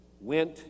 went